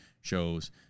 shows